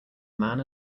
man